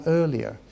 earlier